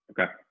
Okay